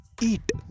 eat